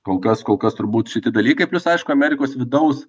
kol kas kol kas turbūt šiti dalykai plius aišku amerikos vidaus